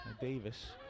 Davis